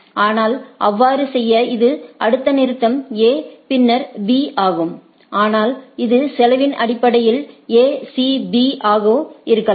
ஆனால் அவ்வாறு செய்ய இது அடுத்த நிறுத்தம் A பின்னர் B ஆகும் ஆனால் இது செலவின் அடிப்படையில் A C B ஆகவும் இருக்கலாம்